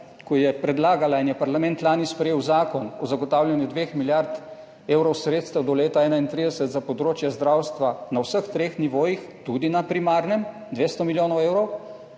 ko je predlagala in je parlament lani sprejel zakon o zagotavljanju 2 milijard evrov sredstev do leta 2031 za področje zdravstva na vseh treh nivojih, tudi na primarnem, 200 milijonov evrov,